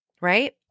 right